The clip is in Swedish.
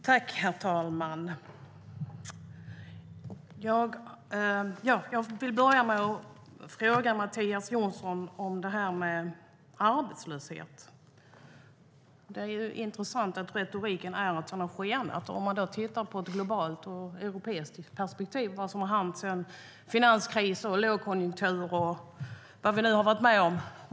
STYLEREF Kantrubrik \* MERGEFORMAT Regional tillväxtpolitikHerr talman! Jag vill fråga Mattias Jonsson om arbetslösheten. Det är intressant att höra att den skenat. Vi kan i ett globalt och europeiskt perspektiv titta på vad som hänt sedan finanskris och lågkonjunktur och allt som många länder varit med om.